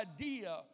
idea